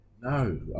No